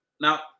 Now